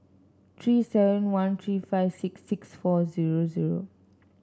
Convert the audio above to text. three seven one three five six six four zero zero